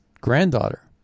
granddaughter